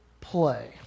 play